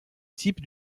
type